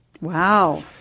Wow